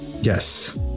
yes